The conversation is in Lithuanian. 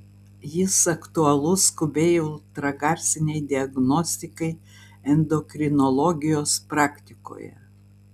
jis aktualus skubiai ultragarsinei diagnostikai endokrinologijos praktikoje